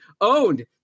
owned